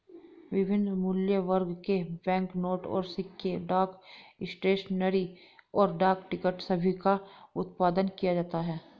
विभिन्न मूल्यवर्ग के बैंकनोट और सिक्के, डाक स्टेशनरी, और डाक टिकट सभी का उत्पादन किया जाता है